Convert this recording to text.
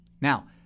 Now